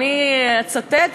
אני אצטט,